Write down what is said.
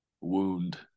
wound